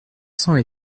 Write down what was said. cents